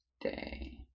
day